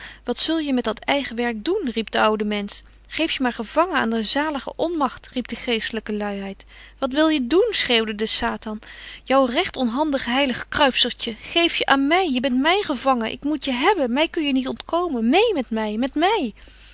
wat zul je met dat eigen werk doen riep de oude mensch geef je maar gevangen aan de zalige onmagt riep de geestelyke luiheid wat wil je doen schreeuwde de satan betje wolff en aagje deken historie van mejuffrouw sara burgerhart jou recht onhandig heilig kruipstertje geef je aan my je bent myn gevangen ik moet je hebben my kun je niet ontkomen meê met my met my